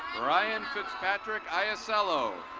ryan fitzpatrick iosello.